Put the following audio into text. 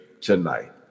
tonight